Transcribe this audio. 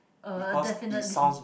uh definitely